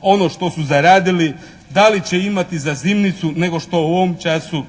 ono što su zaradili, da li će imati za zimnicu nego što u ovom času